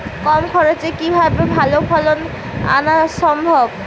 কম খরচে কিভাবে ভালো ফলন আনা সম্ভব?